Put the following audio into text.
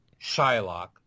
Shylock